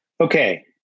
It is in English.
Okay